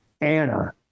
Anna